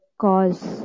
cause